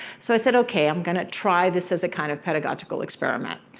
so i said okay, i'm gonna try this as a kind of pedagogical experiment.